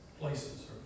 places